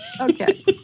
Okay